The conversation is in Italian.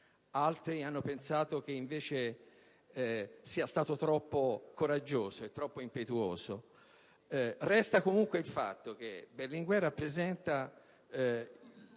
altri hanno pensato che invece sia stato troppo coraggioso e troppo impetuoso. Resta comunque il fatto che Berlinguer fu la persona